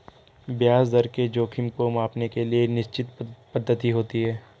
ब्याज दर के जोखिम को मांपने के लिए निश्चित पद्धति होती है